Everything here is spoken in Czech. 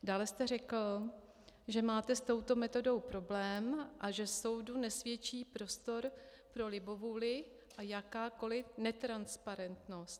Dále jste řekl, že máte s touto metodou problém a že soudu nesvědčí prostor pro libovůli a jakákoli netransparentnost.